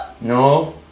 No